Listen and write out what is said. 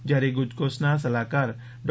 જ્યારે ગુજકોસ્ટના સલાહકાર ડો